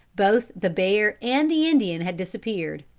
both the bear and the indian had disappeared.